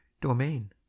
domain